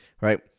right